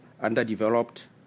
Underdeveloped